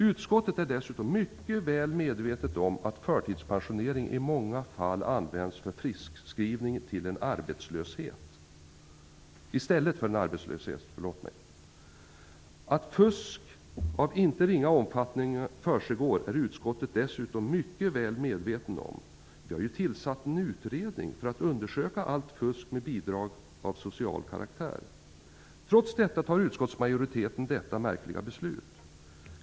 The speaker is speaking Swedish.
Utskottet är dessutom mycket väl medvetet om att förtidspensionering i många fall används vid arbetslöshet i stället för friskskrivning. Att fusk av inte ringa omfattning förekommer är man i utskottet mycket väl medveten om. Vi har ju tillsatt en utredning för att undersöka allt fusk med bidrag av social karaktär. Trots detta gör utskottsmajoriteten detta märkliga ställningstagande.